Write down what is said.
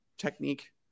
technique